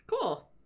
Cool